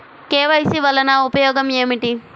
KYC వలన ఉపయోగం ఏమిటీ?